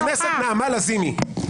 חברת הכנסת נעמה לזימי,